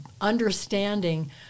understanding